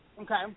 Okay